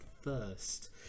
first